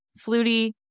Flutie